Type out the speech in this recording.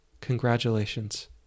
Congratulations